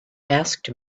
asked